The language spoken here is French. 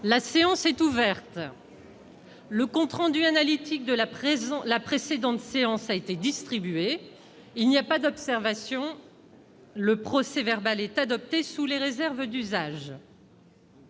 La séance est ouverte.. Le compte rendu analytique de la précédente séance a été distribué. Il n'y a pas d'observation ?... Le procès-verbal est adopté sous les réserves d'usage.